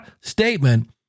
statement